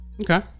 Okay